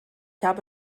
habe